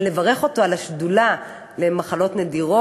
ולברך אותו על הקמת השדולה להתמודדות עם מחלות נדירות.